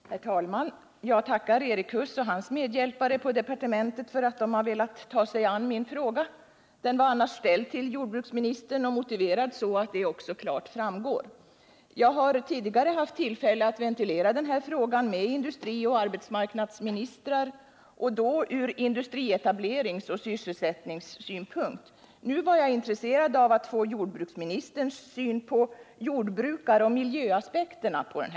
Herr talman! Jag tackar Erik Huss och hans medhjälpare på departementet för att de velat ta sig an min fråga. Den var annars ställd till jordbruksministern och motiverad så att detta också klart framgår. Jag har tidigare haft tillfälle att ventilera den här frågan med industrioch arbetsmarknadsministrar, då ur industrietableringsoch sysselsättningssynpunkt. Nu var jag intresserad av att få jordbruksministerns syn på jordbrukaroch miljöaspekterna i frågan.